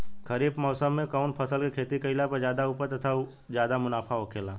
खरीफ़ मौसम में कउन फसल के खेती कइला पर ज्यादा उपज तथा ज्यादा मुनाफा होखेला?